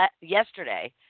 Yesterday